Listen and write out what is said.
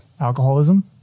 alcoholism